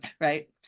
right